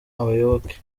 abayoboke